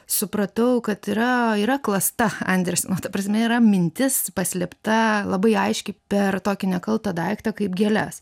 supratau kad yra yra klasta andrius ta prasme yra mintis paslėpta labai aiškiai per tokį nekaltą daiktą kaip gėles